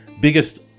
biggest